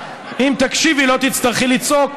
אם תקשיבי לא תצטרכי לצעוק,